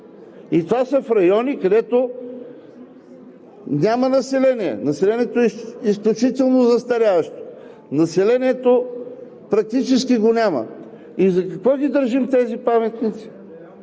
Те са в райони, където няма население, населението е изключително застаряващо, населението практически го няма. И за какво ги държим тези паметници?